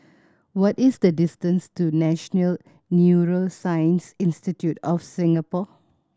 what is the distance to National Neuroscience Institute of Singapore